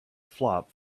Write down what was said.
flop